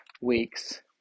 weeks